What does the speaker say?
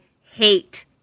hate